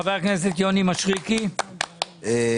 חבר הכנסת יוני מישרקי, בבקשה.